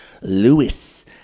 Lewis